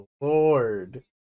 lord